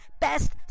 best